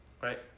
right